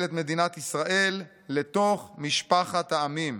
את מדינת ישראל לתוך משפחת העמים.